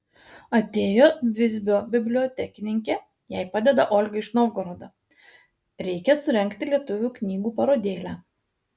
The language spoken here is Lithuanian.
atėjo visbio bibliotekininkė jai padeda olga iš novgorodo reikia surengti lietuvių knygų parodėlę